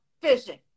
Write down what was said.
fishing